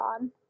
on